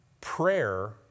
Prayer